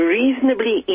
reasonably